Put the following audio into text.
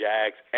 Jags